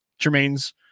Jermaine's